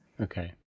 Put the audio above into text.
Okay